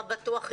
מה בטוח יהיה,